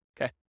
Okay